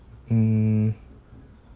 mm